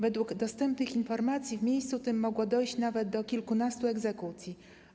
Według dostępnych informacji w miejscu tym mogło dojść nawet do kilkunastu egzekucji.